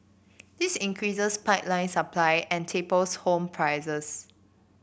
this increases pipeline supply and tapers home prices